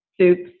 soups